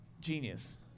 genius